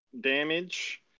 damage